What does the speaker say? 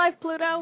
Pluto